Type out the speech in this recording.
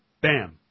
Bam